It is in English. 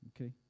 Okay